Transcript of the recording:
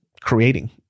creating